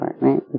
right